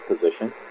position